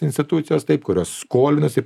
institucijos taip kurios skolinasi